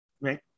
right